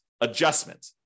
adjustment